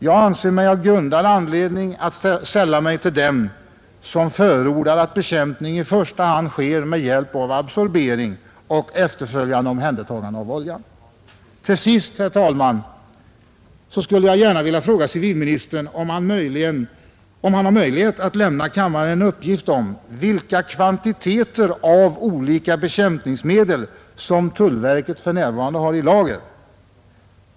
Jag anser mig ha grundad anledning att sälla mig till dem, som förordar, att bekämpning i första hand sker med hjälp av absorbering och efterföljande omhändertagande av olja. Till sist, herr talman, skulle jag gärna vilja fråga civilministern om han har möjlighet att lämna kammaren en uppgift om vilka kvantiteter av olika bekämpningsmedel som tullverket för närvarande har i lager.